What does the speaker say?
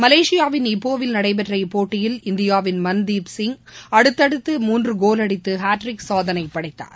மலேஷியாவின் இப்போவில் நடைபெற்ற இப்போட்டியில் இந்தியாவின் மன்தீப் சிங் அடுத்தடுத்து மூன்றுகோல் அடித்துஹாட்ரிக் சாதனைபடைத்தார்